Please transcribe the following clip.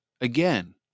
Again